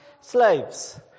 Slaves